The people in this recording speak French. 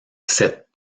cette